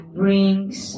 brings